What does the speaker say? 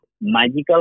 magical